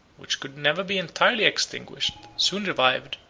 which could never be entirely extinguished, soon revived,